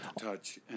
touch